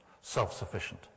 self-sufficient